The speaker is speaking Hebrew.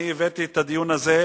אני הבאתי את הנושא הזה